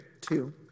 Two